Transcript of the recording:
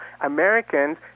Americans